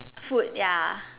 food ya